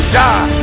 die